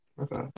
Okay